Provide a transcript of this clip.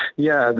yeah,